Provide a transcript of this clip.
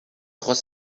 trois